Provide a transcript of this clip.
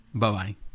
Bye-bye